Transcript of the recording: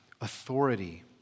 authority